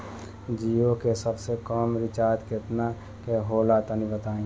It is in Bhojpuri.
जीओ के सबसे कम रिचार्ज केतना के होला तनि बताई?